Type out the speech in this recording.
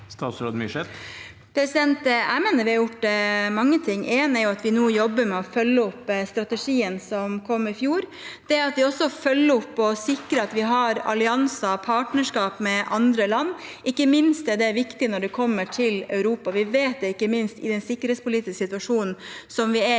Statsråd Cecilie Myrseth Jeg mener vi har gjort mange ting. Én ting er at vi nå jobber med å følge opp strategien som kom i fjor, og at vi også følger opp og sikrer at vi har allianser og partnerskap med andre land. Ikke minst er det viktig når det gjelder Europa – vi vet det i den sikkerhetspolitiske situasjonen som vi er i.